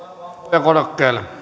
arvoisa